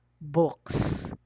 books